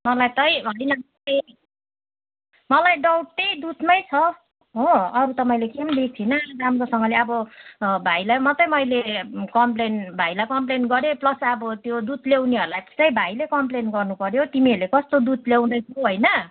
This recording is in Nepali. मलाई मलाई डाउट त्यही दुधमै छ हो अरू त मैले केही पनि दिएको थिइनँ राम्रोसँगले अब भाइलाई मात्रै मैले कम्प्लेन भाइलाई कम्प्लेन गरेँ प्लस अब त्यो दुध ल्याउनेहरूलाई चाहिँ भाइले कम्प्लेन गर्नुपऱ्यो तिमीहरूले कस्तो दुध ल्याउँदैछौँ होइन